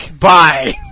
Bye